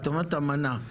את אומרת אמנה.